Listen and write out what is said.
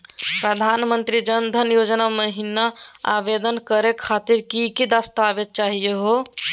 प्रधानमंत्री जन धन योजना महिना आवेदन करे खातीर कि कि दस्तावेज चाहीयो हो?